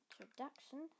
introduction